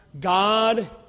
God